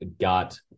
got